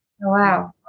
Wow